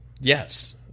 Yes